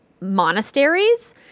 monasteries